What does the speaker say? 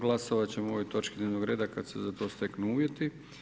Glasovati ćemo o ovom točci dnevnog reda kad se za to steknu uvjeti.